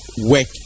work